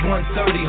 130